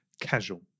casual